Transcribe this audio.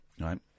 right